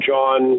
John